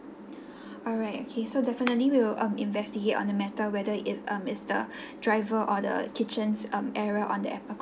alright okay so definitely we will um investigate on the matter whether if um is the driver or the kitchen's um error on the apple crumb